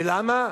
ולמה?